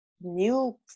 new